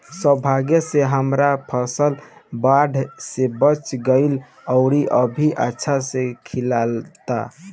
सौभाग्य से हमर फसल बाढ़ में बच गइल आउर अभी अच्छा से खिलता